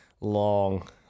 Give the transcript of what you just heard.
long